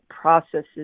processes